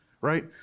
right